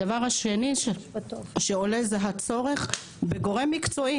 הדבר השני שעולה זה הצורך בגורם מקצועי